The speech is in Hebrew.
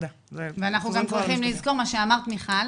ואנחנו גם צריכים לזכור, מה שאמרת מיכל